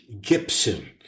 Gibson